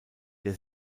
der